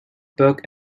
book